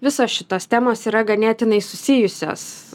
visos šitos temos yra ganėtinai susijusios